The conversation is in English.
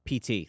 PT